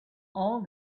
all